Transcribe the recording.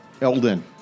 Elden